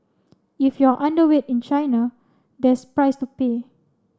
if you are underweight in China there's price to pay